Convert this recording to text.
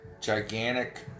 gigantic